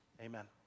amen